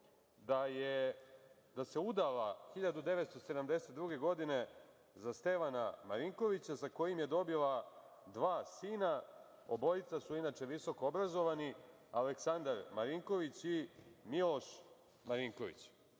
da se udala 1972. godine za Stevana Marinkovića, sa kojim je dobila dva sina, obojica su inače visokoobrazovani, Aleksandar Marinković i Miloš Marinković. To